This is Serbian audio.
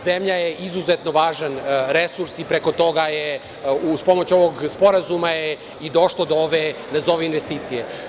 Zemlja je izuzetno važan resurs i preko toga je, uz pomoć ovog sporazuma, i došlo do ove nazovi investicije.